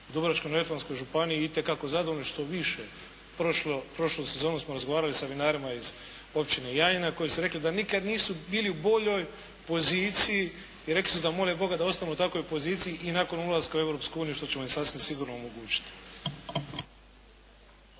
Dubrovačko-neretvanskoj županiji itekako zadovoljni, štoviše prošlu sezonu smo razgovarali sa vinarima iz općine Jajina koji su rekli da nikad nisu bili u boljoj poziciji i rekli su da mole Boga da ostanu u takvoj poziciji i nakon ulaska u Europsku uniju što ćemo im sasvim sigurno omogućiti.